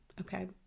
Okay